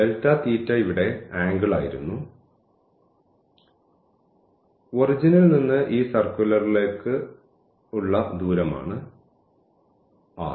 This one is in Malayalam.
Δθ ഇവിടെ ആംഗിൾ ആയിരുന്നു ഒറിജിനീൽ നിന്ന് ഈ സർക്കുലർ ആർക്ക് ലേക്കുള്ള ദൂരമാണ് r